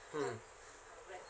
mm